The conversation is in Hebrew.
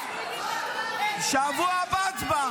מיכאל,